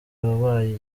wabaye